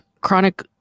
chronic